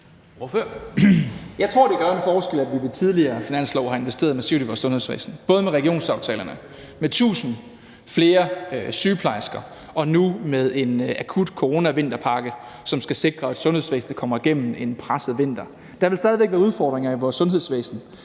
Jeg tror, det gør en forskel, at vi ved tidligere finanslove har investeret massivt i vores sundhedsvæsen, både med regionsaftalerne med 1.000 flere sygeplejersker og nu med en akut coronavinterpakke, som skal sikre, at sundhedsvæsenet kommer igennem en presset vinter. Der vil stadig væk være udfordringer i vores sundhedsvæsen.